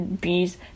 bees